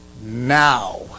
Now